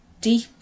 deep